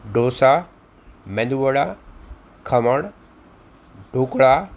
dosa medu vada khaman dhokla